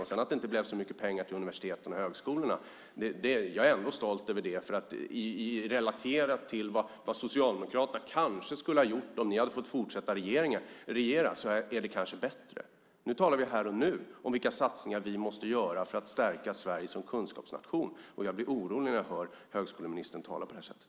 Även om det inte blev så mycket pengar till universiteten och högskolorna är jag ändå stolt. Relaterat till vad Socialdemokraterna kanske skulle ha gjort om de hade fått fortsätta regera är det kanske bättre. Nu talar vi här och nu om vilka satsningar vi måste göra för att stärka Sverige som kunskapsnation. Jag blir orolig när jag hör högskoleministern tala på det här sättet.